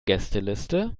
gästeliste